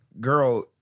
girl